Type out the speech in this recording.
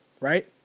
right